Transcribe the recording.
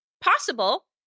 possible